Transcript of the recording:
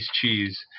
cheese